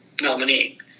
nominee